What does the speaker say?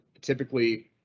typically